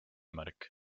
märk